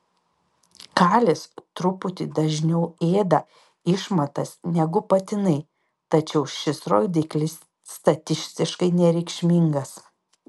kalės truputį dažniau ėda išmatas negu patinai tačiau šis rodiklis statistiškai nereikšmingas